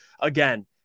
again